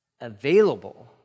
available